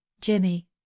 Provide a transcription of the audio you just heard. jimmy